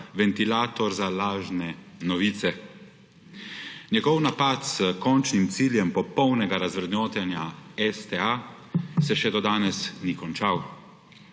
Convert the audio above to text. ventilator za lažne novice. Njegov napad s končnim ciljem popolnega razvrednotenja STA se še do danes ni končal.